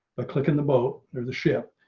ah clicking the boat or the ship.